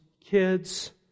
kids